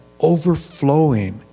overflowing